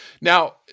Now